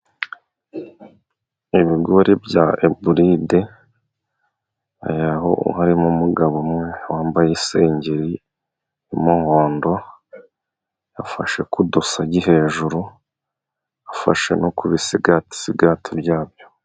Ibigori bya eburide, aho harimo umugabo umwe wambaye isengeri y'umuhondo, afashe ku dusagi hejuru, afasha no ku bisigati byabyo.